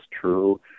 true